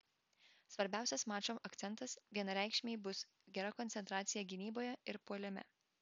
svarbiausias mačo akcentas vienareikšmiai bus gera koncentracija gynyboje ir puolime